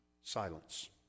silence